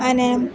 અને